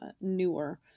newer